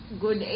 Good